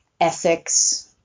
ethics